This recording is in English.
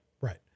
Right